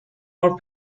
our